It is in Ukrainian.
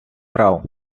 прав